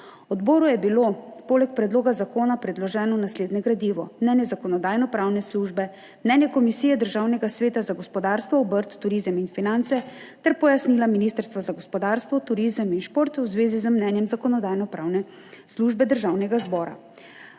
Odboru je bilo poleg predloga zakona predloženo naslednje gradivo: mnenje Zakonodajno-pravne službe, mnenje Komisije Državnega sveta za gospodarstvo, obrt, turizem in finance ter pojasnila Ministrstva za gospodarstvo, turizem in šport v zvezi z mnenjem Zakonodajno-pravne službe Državnega zbora.